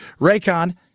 Raycon